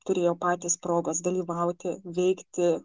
turėjo patys progos dalyvauti veikti